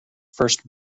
first